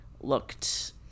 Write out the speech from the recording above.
looked